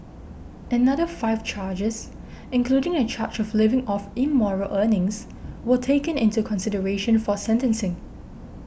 another five charges including a charge of living off immoral earnings were taken into consideration for sentencing